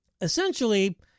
essentially